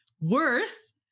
worse